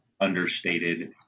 understated